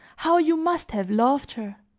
how you must have loved her!